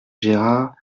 gérard